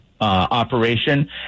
operation